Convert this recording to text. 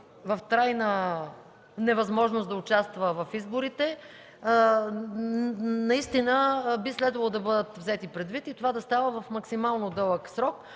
трайна невъзможност да участва в изборите наистина би следвало да бъдат взети предвид и това да става в максимално дълъг срок.